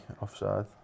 offside